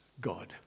God